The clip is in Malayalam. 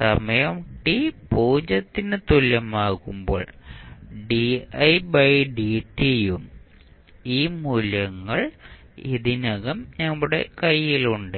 സമയം t 0 ന് തുല്യമാകുമ്പോൾ ഉം ഈ മൂല്യങ്ങൾ ഇതിനകം നമ്മുടെ കൈയിലുണ്ട്